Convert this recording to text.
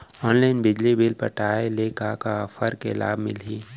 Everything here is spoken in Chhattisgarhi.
ऑनलाइन बिजली बिल पटाय ले का का ऑफ़र के लाभ मिलही?